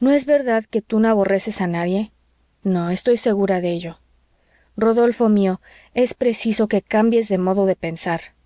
no es verdad que tú no aborreces a nadie no estoy segura de ello rodolfo mío es preciso que cambies de modo de pensar